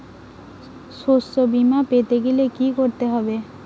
শষ্যবীমা পেতে গেলে কি করতে হবে?